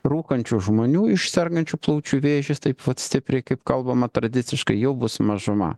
rūkančių žmonių iš sergančių plaučių vėžis taip vat stipriai kaip kalbama tradiciškai jau bus mažuma